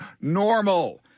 normal